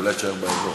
אז אולי תישאר באזור.